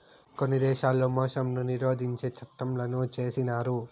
కొన్ని దేశాల్లో మోసాన్ని నిరోధించే చట్టంలను చేసినారు